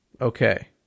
Okay